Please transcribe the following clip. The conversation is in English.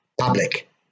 public